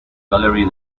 gallery